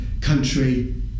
country